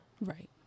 right